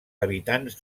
habitants